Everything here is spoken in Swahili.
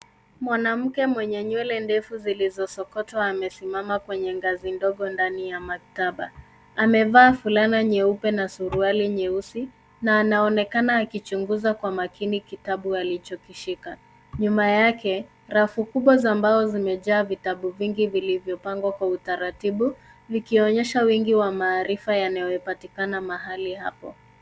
Mwanamke mwenye nywele ndefu zilizosokotwa amesimama kwenye ngazi ndogo ndani ya maktaba. Amevaa fulana nyeupe na suruali nyeusi na anaonekana akichunguza kwa makini kitabu alichokishika. Nyuma yake rafu kubwa za mbao zimejaa vitabu vingi vilivyopangwa kwa utaratibu vikionyesha wingi wa maarifa yanayopatikana mahali hapo.